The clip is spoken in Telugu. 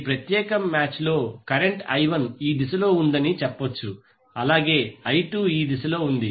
ఈ ప్రత్యేక మ్యాచ్లో కరెంట్ i1 ఈ దిశలో ఉందని చెప్పచ్చు అలాగే i2 ఈ దిశలో ఉంది